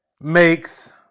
makes